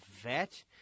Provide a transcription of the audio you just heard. vet